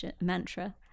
mantra